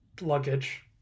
luggage